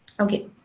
Okay